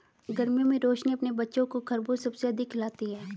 गर्मियों में रोशनी अपने बच्चों को खरबूज सबसे अधिक खिलाती हैं